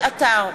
עטר,